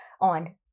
on